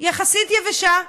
יחסית יבשה.